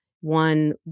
One